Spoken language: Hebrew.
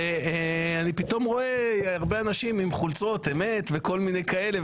ואני פתאום רואה הרבה אנשים עם חולצות "אמת" וכל מיני כאלה,